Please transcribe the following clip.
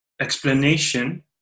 explanation